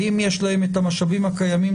האם יש להם המשאבים הקיימים,